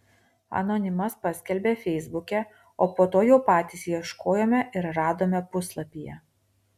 anonimas paskelbė feisbuke o po to jau patys ieškojome ir radome puslapyje